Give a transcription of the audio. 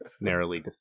narrowly